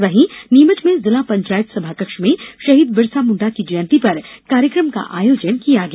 वहीं नीमच में जिला पंचायत सभाकक्ष में शहीद बिरसामुंडा की जयंती पर कार्यक्रम का आयोजन किया गया